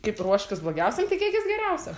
kaip ruoškis blogiausiam tikėkis geriausio